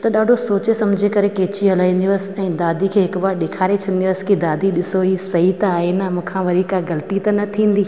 त ॾाढो सोचे सम्झे करे कैची हलाईंदी हुअसि ऐं दादी खे हिकु बार ॾेखारे छॾंदी हुअसि की दादी ॾिसो हीअ सही त आहे न मूंखां वरी का ग़लिती त न थींदी